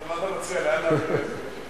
מה אתה מציע, לאן להעביר את זה?